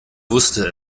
wusste